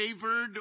favored